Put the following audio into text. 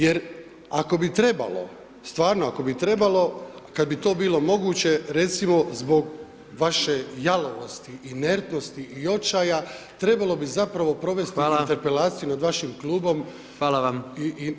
Jer ako bi trebalo, stvarno ako bi trebalo, kad bi to bilo moguće recimo zbog vaše jalovosti, inertnosti i očaja trebalo bi zapravo provesti [[Upadica: Hvala.]] interpelaciju nad vašim klubom i nad vama samima.